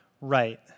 right